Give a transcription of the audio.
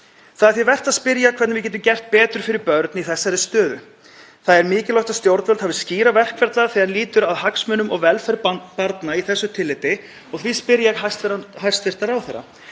Það er því vert að spyrja hvernig við getum gert betur fyrir börn í þessari stöðu. Það er mikilvægt að stjórnvöld hafi skýra verkferla þegar kemur að hagsmunum og velferð barna í þessu tilliti. Því spyr ég hæstv. ráðherra: